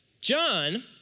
John